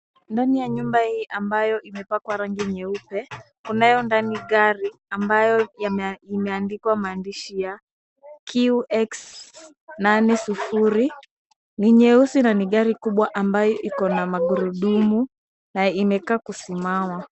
Ndani ya nyumba hii ambayo imepakwa rangi nyeupe, kunayo ndani gari ambayo imeandikwa maandishi ya QS80. Ni nyeusi na ni gari kubwa ambayo ikona magurudumu na imekaa kusimama.